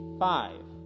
five